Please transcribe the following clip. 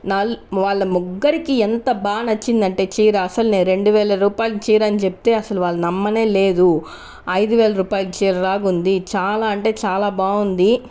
wall వాళ్ల ముగ్గురికి ఎంత బాగా నచ్చిందంటే చీర అసలు నేను రెండు వేల చీర అని చెప్తే అసలు వాళ్ళు నమ్మనే లేదు ఐదు వేల రూపాయల చీర లాగుంది చాలా అంటే చాలా బాగుంది